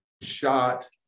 shot